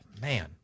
man